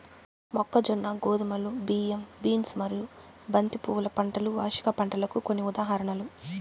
మొక్కజొన్న, గోధుమలు, బియ్యం, బీన్స్ మరియు బంతి పువ్వుల పంటలు వార్షిక పంటలకు కొన్ని ఉదాహరణలు